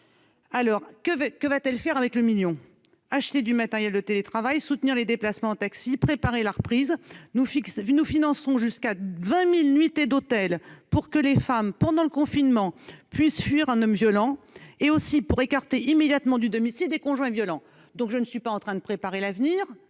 explique ce qu'elle fera de ce million d'euros :« Acheter du matériel de télétravail, soutenir les déplacements en taxi, préparer la reprise. Nous finançons jusqu'à 20 000 nuitées d'hôtel, pour que les femmes, pendant le confinement, puissent fuir un homme violent, et aussi pour écarter immédiatement du domicile des conjoints violents. » Je suis en train non pas de préparer l'avenir,